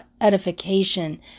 edification